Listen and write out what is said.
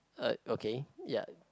uh okay ya